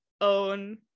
own